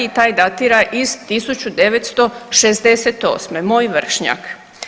Taj datira iz 1968., moj vršnjak.